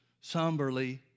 somberly